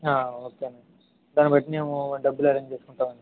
okay అండి దాన్ని బట్టి డబ్బులు అరేంజ్ చేసుకుంటాం అండి